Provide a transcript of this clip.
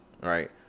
right